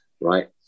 right